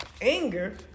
anger